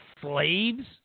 slaves